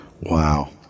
Wow